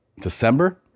December